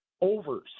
overs